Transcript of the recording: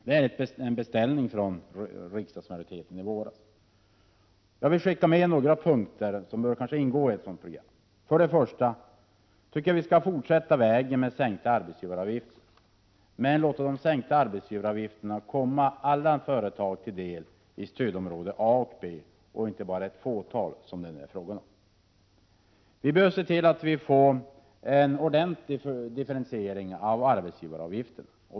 Det är en beställning från riksdagsmajoriteten i våras. Jag vill skicka med några punkter, som bör ingå i ett sådant paket. 1. Jag tycker vi skall fortsätta på vägen mot sänkta arbetsgivaravgifter men låta de sänkta arbetsgivaravgifterna komma alla företag till del i stödområde A och B, inte bara det fåtal som det nu är fråga om. Vi bör se till att få en ordentlig differentiering av arbetsgivaravgifterna.